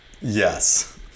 Yes